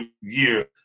year